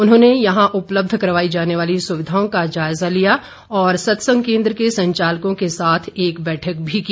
उन्होंने यहां उपलब्ध करवाई जाने वाली सुविधाओं का जायजा लिया और सत्संग केंद्र के संचालकों के साथ एक बैठक भी की